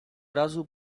razu